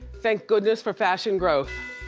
thank goodness for fashion growth.